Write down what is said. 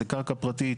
זה קרקע פרטית,